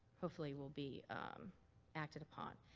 hopefully will be acted upon.